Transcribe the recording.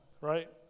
right